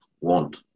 want